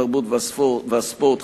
התרבות והספורט,